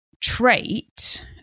Trait